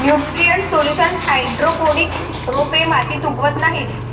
nutrient solution hydroponics रोपे मातीत उगवत नाहीत